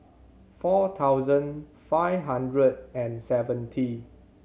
four thousand five hundred and seventy